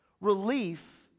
relief